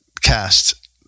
cast